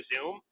Zoom